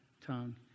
tongue